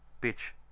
pitch